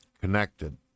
connected